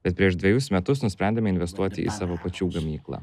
bet prieš dvejus metus nusprendėme investuoti į savo pačių gamyklą